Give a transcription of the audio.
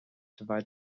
divide